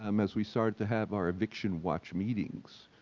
um as we started to have our eviction watch meetings,